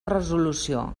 resolució